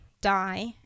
die